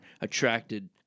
attracted